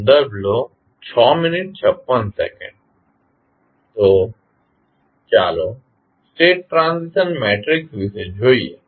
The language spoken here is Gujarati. હવે ચાલો સ્ટેટ ટ્રાન્ઝિશન મેટ્રિક્સ વિશે જોઇએ